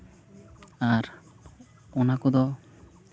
ᱟᱨ ᱚᱱᱟ ᱠᱚᱫᱚ